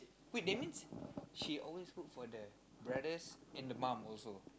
wait that means she always cook for the brothers and the mum also